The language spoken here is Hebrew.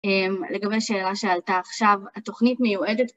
לגבי שאלה שעלתה עכשיו, התוכנית מיועדת.